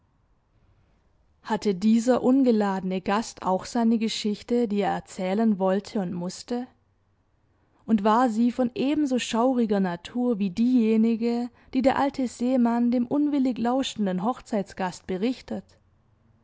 hatte dieser ungeladene gast auch seine geschichte die er erzählen wollte und mußte und war sie von ebenso schauriger natur wie diejenige die der alte seemann dem unwillig lauschenden hochzeitsgast berichtet